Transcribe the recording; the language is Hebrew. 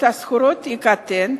שכורות יקטן,